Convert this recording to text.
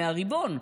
מהריבון,